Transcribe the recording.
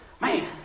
Man